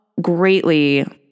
greatly